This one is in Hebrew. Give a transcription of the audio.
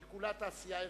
שהיא כולה תעשייה ערכית,